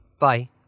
Bye